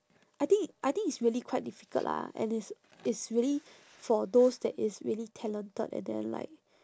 I think I think it's really quite difficult lah and it's it's really for those that is really talented and then like